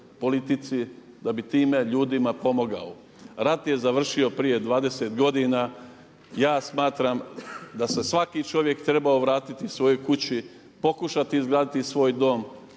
politici da bi time ljudima pomogao. Rat je završio prije 20 godina, ja smatram da se svaki čovjek trebao vratiti svojoj kući, pokušati izgraditi svoj dom